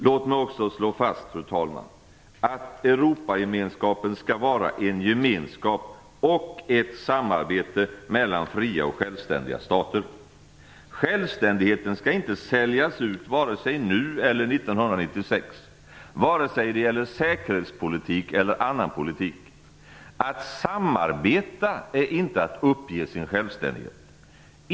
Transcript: Låt mig också slå fast, fru talman, att Europagemenskapen skall vara en gemenskap och ett samarbete mellan fria och självständiga stater. Självständigheten skall inte säljas ut vare sig nu eller 1996, vare sig det gäller säkerhetspolitik eller annan politik. Att samarbeta är inte att uppge sin självständighet.